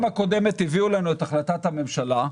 הקודמת הביאו לנו את החלטת הממשלה,